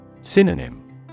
Synonym